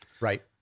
Right